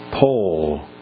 Paul